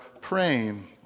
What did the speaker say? praying